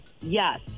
Yes